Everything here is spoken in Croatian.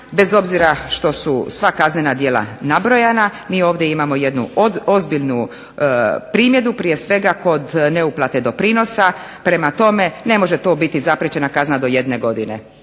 bez obzira što su sva kaznena djela nabrojana mi ovdje imamo jednu ozbiljnu primjedbu prije svega kod neuplate doprinosa. Prema tome, ne može to biti zapriječena kazna do jedne godine.